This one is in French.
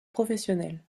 professionnelle